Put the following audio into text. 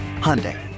Hyundai